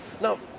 Now